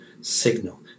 signal